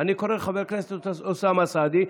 אני קורא לחבר הכנסת אוסאמה סעדי,